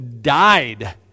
died